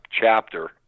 chapter